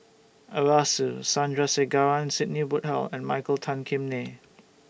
Arasu Sandrasegaran Sidney Woodhull and Michael Tan Kim Nei